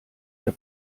ihr